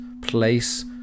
place